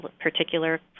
particular